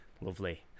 lovely